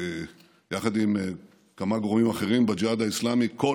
שיחד עם כמה גורמים אחרים בג'יהאד האסלאמי כל